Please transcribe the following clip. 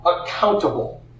accountable